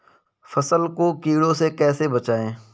फसल को कीड़ों से कैसे बचाएँ?